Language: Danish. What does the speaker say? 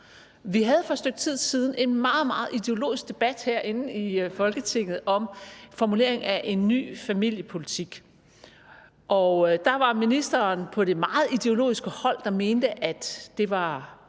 Vi havde for et stykke tid siden en meget, meget ideologisk debat her i Folketinget om formuleringen af en ny familiepolitik. Der var ministeren på det meget ideologiske hold, der mente, at det var